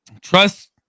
trust